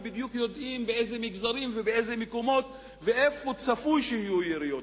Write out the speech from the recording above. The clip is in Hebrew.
ויודעים בדיוק באילו מגזרים ובאילו מקומות ואיפה צפוי שיהיו יריות.